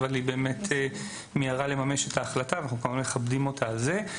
אבל היא באמת מיהרה לממש את ההחלטה ואנחנו כמובן מכבדים אותה על זה.